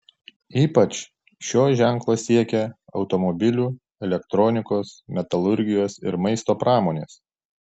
ypač šio ženklo siekia automobilių elektronikos metalurgijos ir maisto pramonės